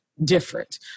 different